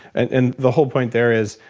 and and the whole point there is,